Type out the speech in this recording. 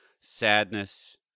sadness